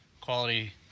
quality